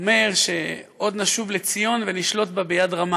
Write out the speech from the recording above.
אומר שעוד נשוב לציון ונשלוט בה ביד רמה.